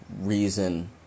reason